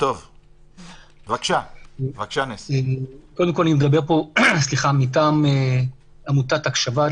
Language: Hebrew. אני מדבר פה מטעם עמותת הקשב"ה.